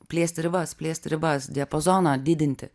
plėsti ribas plėsti ribas diapazoną didinti